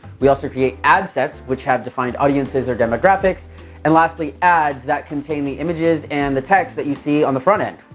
we also create ad sets which have defined audiences or demographics and lastly, ads that contain the images and the that you see on the front end,